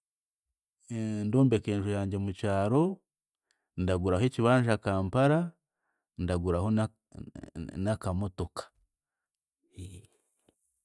Ndombeka enju yangye mukyaro, ndaguraho ekibanja Kampala, ndaguraho na n'akamotoka ee.